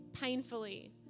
painfully